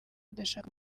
adashaka